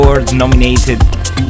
nominated